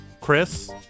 Chris